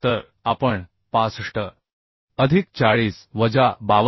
तर आपण 65 अधिक 40 वजा 52